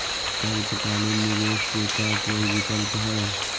अल्पकालिक निवेश के का कोई विकल्प है?